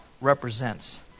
represents